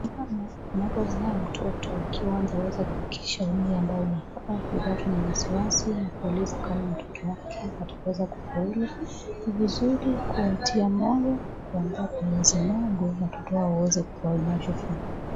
Mama wanapozaa mtoto akiwa bado hajaweza kufikisha umri ambao anafaa, Hupatwa na wasiwasi na kujiuliza kama mtoto wake ataweza kufaulu. Ni vizuri kuwatia moyo, kumuombea mwenyezi mguu, watoto wao waweze kuwa vinavyofaa.